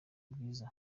bwiza